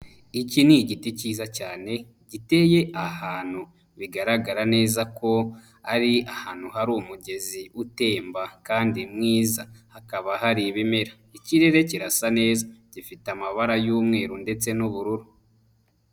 Iki ni igiti cyiza cyane giteye ahantu, bigaragara neza ko ari ahantu hari umugezi utemba kandi mwiza, hakaba hari ibimera, ikirere kirasa neza gifite amabara y'umweru ndetse n'ubururu.